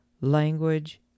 language